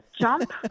jump